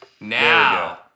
now